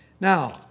Now